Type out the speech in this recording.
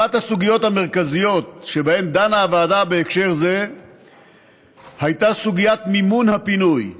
אחת הסוגיות המרכזיות שבהן דנה הוועדה בהקשר זה הייתה מימון הפינוי.